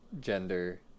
gender